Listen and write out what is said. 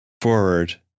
forward